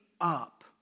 up